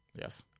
Yes